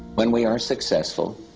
when we are successful,